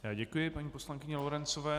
Já děkuji paní poslankyni Lorencové.